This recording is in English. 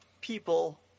people